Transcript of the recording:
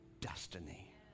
destiny